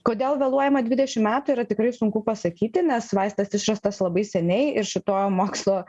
kodėl vėluojama dvidešim metų yra tikrai sunku pasakyti nes vaistas išrastas labai seniai ir šituo mokslo